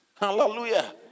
Hallelujah